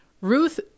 Ruth